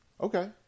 Okay